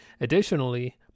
Additionally